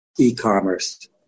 e-commerce